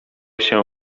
się